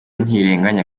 ntirenganya